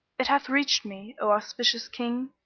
it hath reached me, o auspicious king,